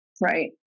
Right